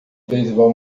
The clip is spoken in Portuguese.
beisebol